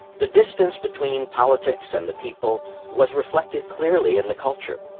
the distance between politics and the people was reflected clearly in the culture.